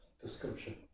description